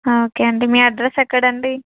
okay అండి మీ address ఎక్కడండి